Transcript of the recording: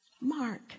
Mark